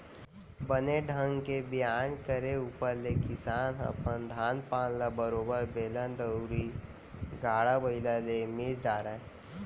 बने ढंग के बियान करे ऊपर ले किसान ह अपन धान पान ल बरोबर बेलन दउंरी, गाड़ा बइला ले मिस डारय